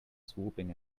swooping